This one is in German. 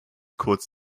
kurz